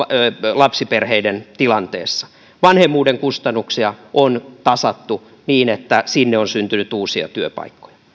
lapsiperheiden tilanteessa vanhemmuuden kustannuksia on tasattu niin että sinne on syntynyt uusia työpaikkoja